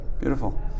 Beautiful